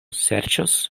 serĉos